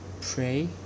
pray